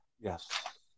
Yes